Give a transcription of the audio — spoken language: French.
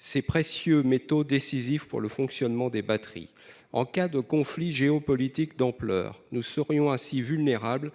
Ces précieux métaux décisif pour le fonctionnement des batteries en cas de conflit géopolitique d'ampleur nous serions ainsi vulnérable.